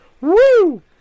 Woo